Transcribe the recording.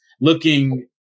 looking